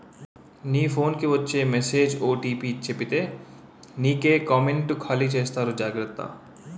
మీ phone కి వచ్చే message OTP చెప్పితే నీకే కామెంటు ఖాళీ చేసేస్తారు జాగ్రత్త